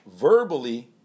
verbally